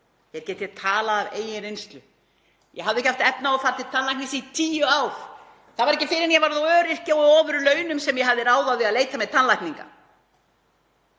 Hér get ég talað af eigin reynslu. Ég hafði ekki efni á að fara til tannlæknis í tíu ár og það var ekki fyrr en ég varð öryrki á ofurlaunum sem ég hafði ráð á að leita mér tannlækninga.